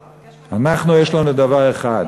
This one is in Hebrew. אנחנו, יש לנו דבר אחד.